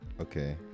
Okay